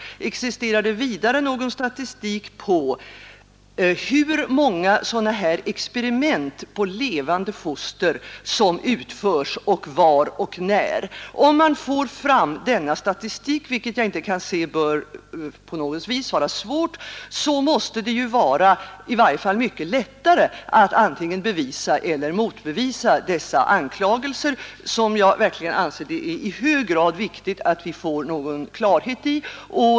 Existerar det vidare någon statistik på hur många sådana här experiment på levande foster som utförs och var och när? Om man får fram denna statistik, vilket såvitt jag kan se inte bör vara svårt på något vis, måste det i varje fall vara mycket lättare att antingen bevisa eller motbevisa dessa anklagelser. Jag anser det verkligen vara i hög grad viktigt att vi här får någon klarhet.